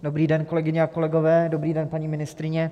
Dobrý den, kolegyně a kolegové, dobrý den, paní ministryně.